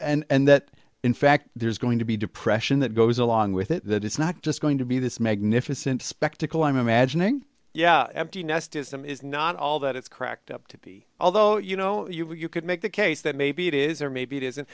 syrup and that in fact there's going to be depression that goes along with it that it's not just going to be this magnificent spectacle i'm imagining yeah empty nest ism is not all that it's cracked up to be although you know you could make the case that maybe it is or maybe it isn't